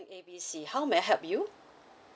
A B C how may I help you